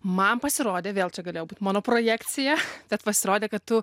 man pasirodė vėl čia galėjo būti mano projekcija tad pasirodė kad tu